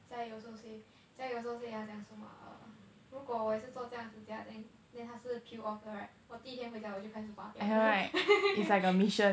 jia yi also say jia yi also say 讲什么 ah err 如果我也是做这样指甲 then then 它是 peel off 的 right 我第一天回家我就开始拔掉 liao